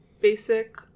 basic